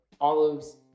olives